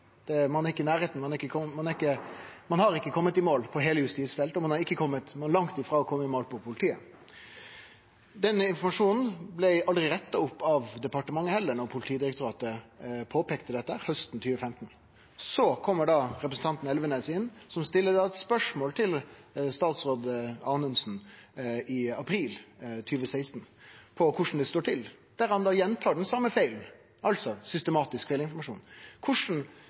der ein påstod at ein hadde sikra alle dei skjermingsverdige objekta på justisfeltet. Den informasjonen var feil – heilt feil. Ein har ikkje kome i mål på heile justisfeltet, og ein er langt frå å kome i mål når det gjeld politiet. Denne informasjonen blei heller aldri retta opp av departementet, da Politidirektoratet påpeikte dette hausten 2015. Så kjem representanten Elvenes inn, som stiller eit spørsmål til statsråd Anundsen i mars 2016 om korleis det står til, og der han gjentar den same feilen – altså systematisk feilinformasjon.